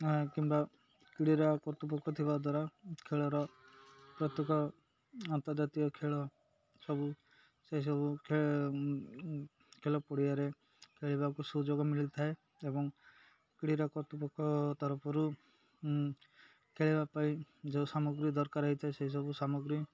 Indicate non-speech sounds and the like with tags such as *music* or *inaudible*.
କିମ୍ବା *unintelligible* କତ୍ତୃପକ୍ଷ ଥିବା ଦ୍ୱାରା ଖେଳର ପ୍ରତ୍ୟେକ ଅନ୍ତର୍ଜାତୀୟ ଖେଳ ସବୁ ସେସବୁ ଖେଳ ପଡ଼ିଆରେ ଖେଳିବାକୁ ସୁଯୋଗ ମିଳିଥାଏ ଏବଂ କ୍ରୀଡ଼ା କତ୍ତୃପକ୍ଷ ତରଫରୁ ଖେଳିବା ପାଇଁ ଯେଉଁ ସାମଗ୍ରୀ ଦରକାର ହେଇଥାଏ ସେସବୁ ସାମଗ୍ରୀ